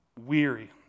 weary